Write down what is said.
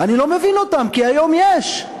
אני לא מבין אותם, כי היום יש.